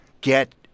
get